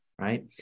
right